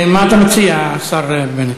מה אתה מציע, השר בנט?